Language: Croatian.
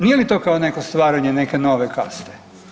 Nije li to kao neko stvaranje neke nove kaste?